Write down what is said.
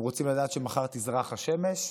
הם רוצים לדעת שמחר תזרח השמש,